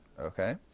Okay